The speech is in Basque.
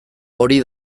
hori